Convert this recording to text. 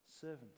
servant